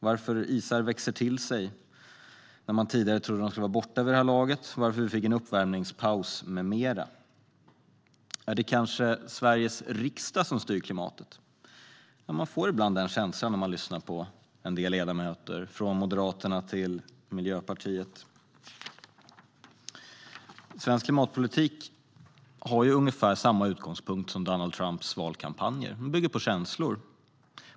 Varför växer isarna nu till sig när man tidigare trodde att de skulle vara borta vid det här laget? Varför fick vi en uppvärmningspaus med mera? Styr Sveriges riksdag klimatet? Ja, man får ibland den känslan när man lyssnar på en del ledamöter, från Moderaterna till Miljöpartiet. Svensk klimatpolitik har ungefär samma utgångspunkt som Donald Trumps valkampanj: Den bygger på känslor.